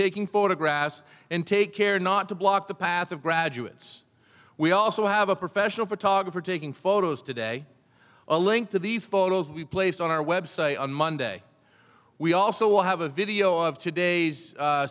taking photographs and take care not to block the path of graduates we also have a professional photographer taking photos today a link to the photos we placed on our website on monday we also have a video of today's